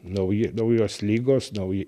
nauji naujos ligos nauji